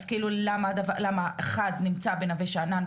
אז כאילו מה אחד נמצא בנווה שאנן,